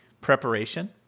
preparation